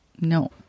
No